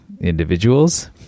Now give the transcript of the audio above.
individuals